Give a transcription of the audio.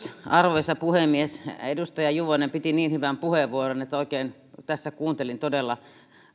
arvoisa puhemies edustaja juvonen käytti niin hyvän puheenvuoron että oikein tässä kuuntelin todella